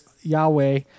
Yahweh